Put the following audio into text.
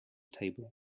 table